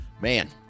Man